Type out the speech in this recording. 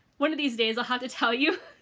one of these days i'll have to tell you.